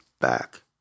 back